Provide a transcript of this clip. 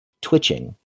twitching